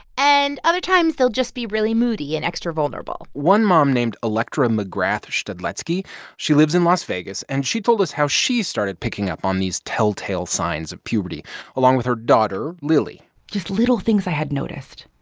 and other times, they'll just be really moody and extra vulnerable one mom named electra mcgrath-skrzydlewski she lives in las vegas, and she told us how she started picking up on these telltale signs of puberty along with her daughter, lily just little things i had noticed,